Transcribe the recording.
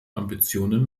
ambitionen